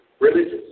religious